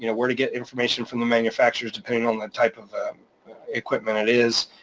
you know where to get information from the manufacturers, depending on the type of equipment it is.